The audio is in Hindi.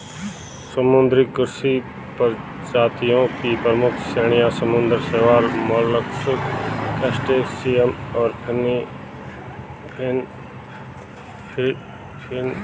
समुद्री कृषि प्रजातियों की प्रमुख श्रेणियां समुद्री शैवाल, मोलस्क, क्रस्टेशियंस और फिनफिश हैं